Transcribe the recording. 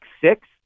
six